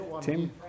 Tim